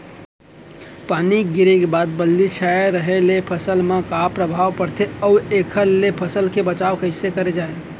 पानी गिरे के बाद बदली छाये रहे ले फसल मा का प्रभाव पड़थे अऊ एखर ले फसल के बचाव कइसे करे जाये?